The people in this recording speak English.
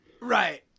Right